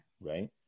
right